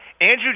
Andrew